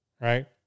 right